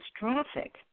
catastrophic